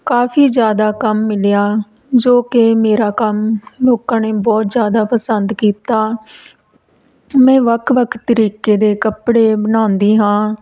ਕਾਫੀ ਜ਼ਿਆਦਾ ਕੰਮ ਮਿਲਿਆ ਜੋ ਕਿ ਮੇਰਾ ਕੰਮ ਲੋਕਾਂ ਨੇ ਬਹੁਤ ਜ਼ਿਆਦਾ ਪਸੰਦ ਕੀਤਾ ਮੈਂ ਵੱਖ ਵੱਖ ਤਰੀਕੇ ਦੇ ਕੱਪੜੇ ਬਣਾਉਂਦੀ ਹਾਂ